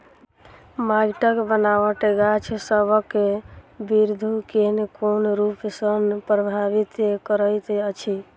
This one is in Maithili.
माइटक बनाबट गाछसबक बिरधि केँ कोन रूप सँ परभाबित करइत अछि?